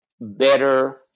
better